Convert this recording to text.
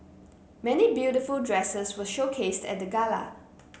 many beautiful dresses were showcased at the gala